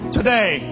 Today